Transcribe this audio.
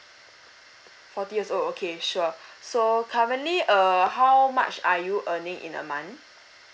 forty years old okay sure so currently err how much are you earning in a month